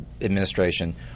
administration